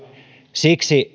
siksi